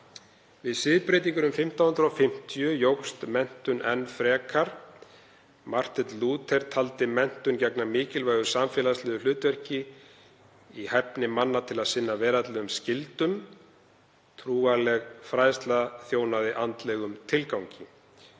Við siðbreytinguna um 1550 jókst menntun enn frekar. Marteinn Lúther taldi menntun gegna mikilvægu samfélagslegu hlutverki í hæfni manna til að sinna veraldlegum skyldum. Trúarleg fræðsla þjónaði andlegum tilgangi.